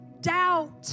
doubt